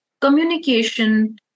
communication